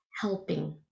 helping